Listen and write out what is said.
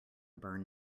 burn